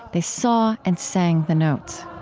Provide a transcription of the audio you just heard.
they saw and sang the notes